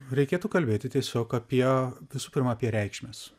reikėtų kalbėti tiesiog apie visų pirma apie reikšmes